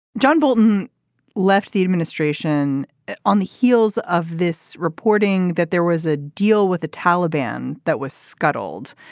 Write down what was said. john bolton left the administration on the heels of this reporting that there was a deal with the taliban that was scuttled.